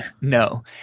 No